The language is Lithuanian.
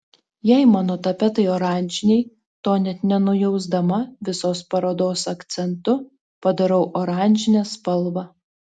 jei mano tapetai oranžiniai to net nenujausdama visos parodos akcentu padarau oranžinę spalvą